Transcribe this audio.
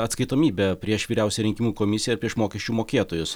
atskaitomybę prieš vyriausiąją rinkimų komisiją ir prieš mokesčių mokėtojus